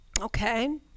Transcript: Okay